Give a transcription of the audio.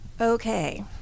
Okay